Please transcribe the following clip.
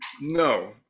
No